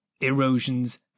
erosions